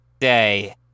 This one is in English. Day